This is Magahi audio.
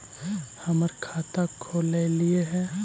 हम खाता खोलैलिये हे?